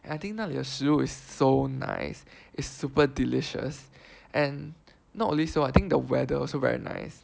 I think 那里的食物 is so nice it's super delicious and not only so I think the weather also very nice